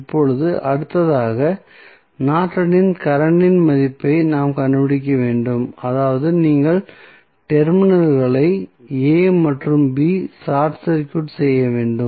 இப்போது அடுத்ததாக நார்டனின் கரண்ட் இன் மதிப்பை நாம் கண்டுபிடிக்க வேண்டும் அதாவது நீங்கள் டெர்மினல்களை a மற்றும் b ஐ ஷார்ட் சர்க்யூட் செய்ய வேண்டும்